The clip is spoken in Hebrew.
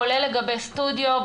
כולל לגבי סטודיו.